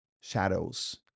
shadows